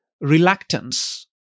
reluctance